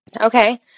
Okay